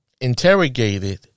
interrogated